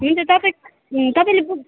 हुन्छ तपाईँ तपाईँले बुक